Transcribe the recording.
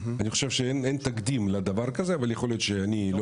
אני חושב שאין תקדים לדבר הזה ויכול להיות שאני לא